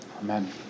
Amen